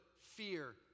fear